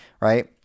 right